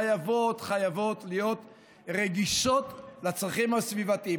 חייבות, להיות רגישות לצרכים הסביבתיים.